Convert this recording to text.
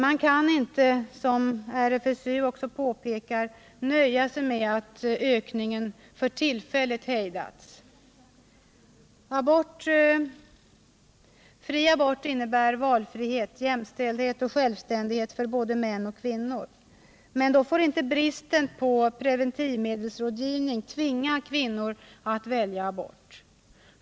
Man kan inte, som RFSU också påpekar, nöja sig med att ökningen för tillfället hejdats. Fri abort innebär valfrihet, jämställdhet och självständighet för både män och kvinnor. Men då får inte bristen på preventivmedelsrådgivning tvinga kvinnor att välja abort.